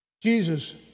Jesus